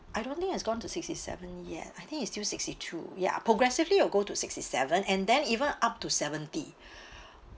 I don't think has gone to sixty-seven yet I think it's still sixty-two ya progressively it'll go to sixty-seven and then even up to seventy